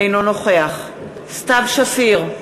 אינו נוכח סתיו שפיר,